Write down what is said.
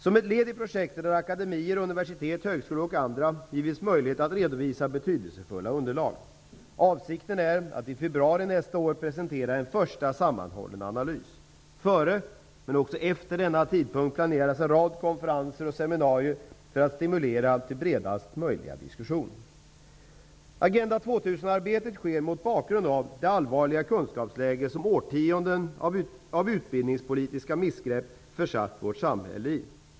Som ett led i projektet har akademier, universitet, högskolor och andra givits möjlighet att redovisa betydelsefulla underlag. Avsikten är att i februari nästa år presentera en första sammanhållen analys. Före, men också efter, denna tidpunkt planeras en rad konferenser och seminarier för att stimulera till bredast möjliga diskussion. Agenda 2000-arbetet sker mot bakgrund av det allvarliga kunskapsläge som årtionden av utbildningspolitiska missgrepp försatt vårt samhälle i.